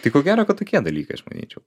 tai ko gero kad tokie dalykai aš manyčiau